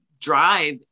drive